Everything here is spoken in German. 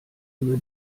über